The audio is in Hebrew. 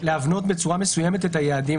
בצורה מסוימת את היעדים,